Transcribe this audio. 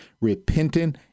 repenting